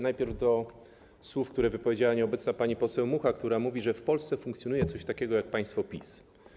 Najpierw odniosę się do słów, które wypowiedziała nieobecna pani poseł Mucha, która mówiła, że w Polsce funkcjonuje coś takiego jak państwo PiS.